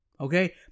okay